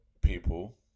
people